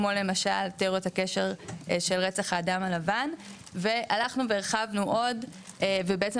כמו למשל תאוריית הקשר של רצח האדם הלבן והלכנו והרחבנו עוד ובעצם,